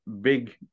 big